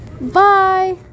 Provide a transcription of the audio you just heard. Bye